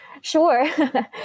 Sure